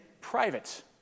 private